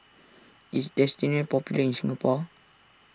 is Dentiste popular in Singapore